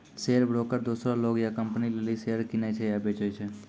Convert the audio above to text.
share broker दोसरो लोग या कंपनी लेली शेयर किनै छै या बेचै छै